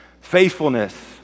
faithfulness